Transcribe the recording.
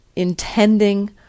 Intending